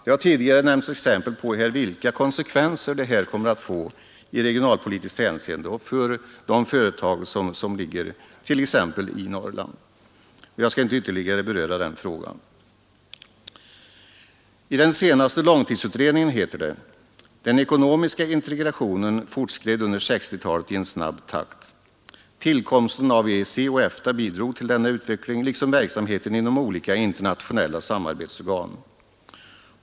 Det har tidigare nämnts exempel på vilka konsekvenser detta kommer att få i regionalpolitiskt hänseende och för de företag som ligger t.ex. i Norrland. Jag skall dock inte ytterligare beröra den frågan. I den senaste långtidsutredningen heter det: Den ekonomiska integrationen fortskred under 1960-talet i snabb takt. Tillkomsten av EEC och EFTA bidrog till denna utveckling liksom verksamheten inom olika internationella samarbetsorgan.